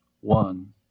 one